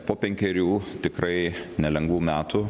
po penkerių tikrai nelengvų metų